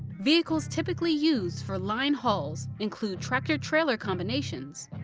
vehicles typically used for line hauls include tractor-trailer combinations,